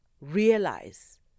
realize